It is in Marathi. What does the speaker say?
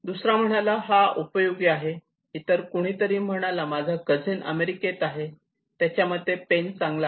दुसरा म्हणाला हा खूप उपयोगी आहे इतर कुणीतरी म्हटला माझा कजिन अमेरिकेत आहे त्याच्या मते पेन चांगला आहे